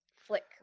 flick